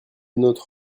nôtre